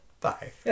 bye